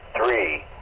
three,